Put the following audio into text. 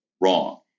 wrong